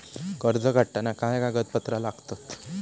कर्ज काढताना काय काय कागदपत्रा लागतत?